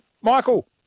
Michael